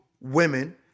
women